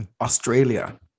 Australia